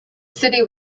city